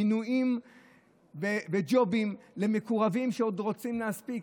מינויים וג'ובים למקורבים שעוד רוצים להספיק.